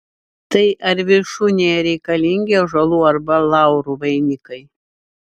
tai ar viršūnėje reikalingi ąžuolų arba laurų vainikai